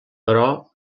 però